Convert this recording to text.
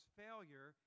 failure